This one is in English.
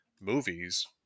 movies